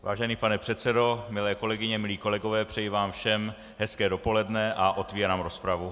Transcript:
Vážený pane předsedo, milé kolegyně, milí kolegové, přeji vám všem hezké dopoledne a otevírám rozpravu.